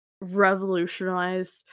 revolutionized